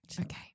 Okay